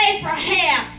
Abraham